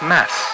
Mass